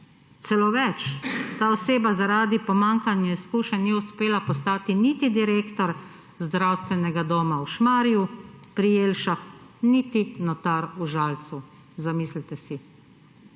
Celo več, ta oseba zaradi pomanjkanja izkušenj ni uspela postati niti direktor zdravstvenega doma v Šmarju pri Jelšah niti notar v Žalcu. Zamislite si!